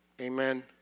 Amen